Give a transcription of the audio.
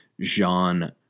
Jean